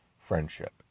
friendship